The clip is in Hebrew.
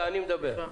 אני מדבר.